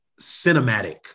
cinematic